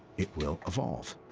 it will evolve.